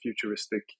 futuristic